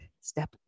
Step